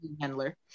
handler